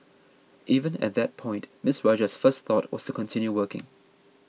even at that point Ms Rajah's first thought was continue working